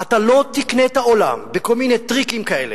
אתה לא תקנה את העולם בכל מיני טריקים כאלה,